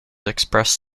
expressed